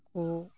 ᱱᱩᱠᱩ